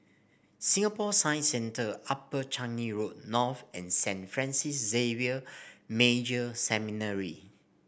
Singapore Science Centre Upper Changi Road North and Saint Francis Xavier Major Seminary